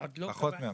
אוקיי.